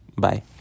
bye